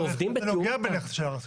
אתה נוגע בנכס של הרשות.